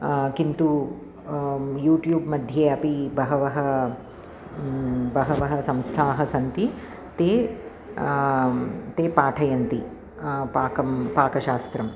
किन्तु यूट्यूब् मध्ये अपि बहवः बहवः संस्थाः सन्ति ते ते पाठयन्ति पाकं पाकशास्त्रम्